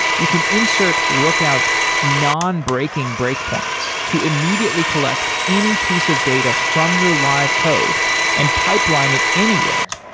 you can insert rookout non-breaking break points to immediately collect any piece of data from your live code and pipeline it anywhere.